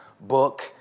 book